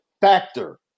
factor